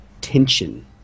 tension